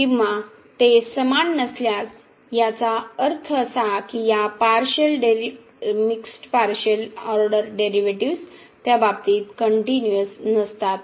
किंवा ते समान नसल्यास याचा अर्थ असा की या partial mixed partial order derivatives त्या बाबतीत कनट्युनीअस नसतात